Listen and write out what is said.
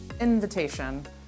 invitation